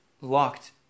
locked